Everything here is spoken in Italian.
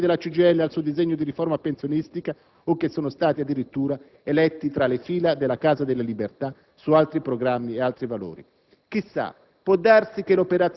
che sostengono le critiche della CGIL al suo disegno di riforma pensionistica o che sono stati addirittura eletti tra le file della Casa delle libertà, su altri programmi ed altri valori. Chissà,